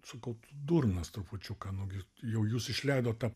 sakau tu durnas trupučiuką nugi jau jūs išleidot tą